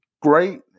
great